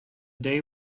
day